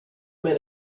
men